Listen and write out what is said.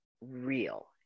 real